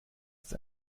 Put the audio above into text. ist